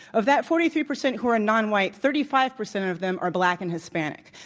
of that forty three percent who are nonwhite, thirty five percent of them are black and hispanic.